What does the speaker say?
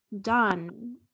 done